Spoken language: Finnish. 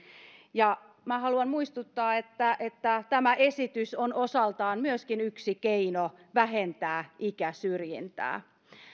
minä haluan muistuttaa että että tämä esitys on osaltaan myöskin yksi keino vähentää ikäsyrjintää